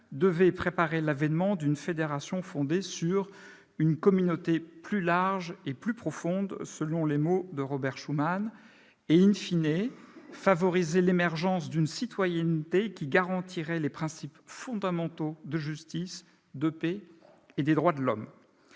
devait préparer l'avènement d'une fédération fondée sur une « communauté plus large et plus profonde », selon les mots de Robert Schuman, et favoriser l'émergence d'une citoyenneté qui garantirait les principes fondamentaux de justice, de paix et des droits de l'homme.